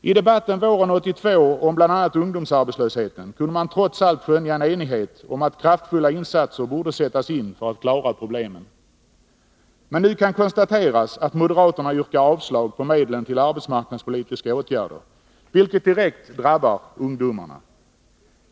I debatten våren 1982 om bl.a. ungdomsarbetslösheten kunde man trots allt skönja en enighet om att kraftfulla insatser borde sättas in för att klara problemen. Men nu kan konstateras att moderaterna yrkar avslag på medlen till arbetsmarknadspolitiska åtgärder, vilket direkt drabbar ungdomarna.